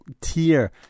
tier